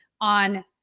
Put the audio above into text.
on